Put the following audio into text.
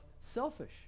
selfish